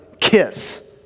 KISS